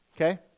Okay